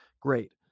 great